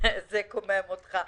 זה קומם אותך.